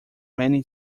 many